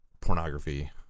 pornography